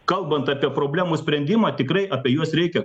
kalbant apie problemų sprendimą tikrai apie juos reikia